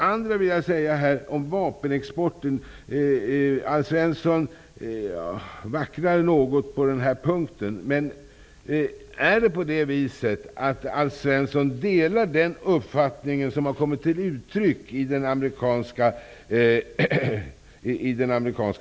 Alf Svensson vacklar något när det gäller vapenexporten. Är det så, att Alf Svensson delar den uppfattning som kommit till uttryck i det amerikanska senatsutskottet?